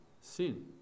sin